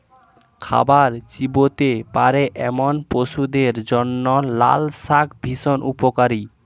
খাবার চিবোতে পারে এমন শিশুদের জন্য লালশাক ভীষণ উপকারী